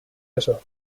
eso